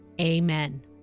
Amen